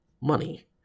money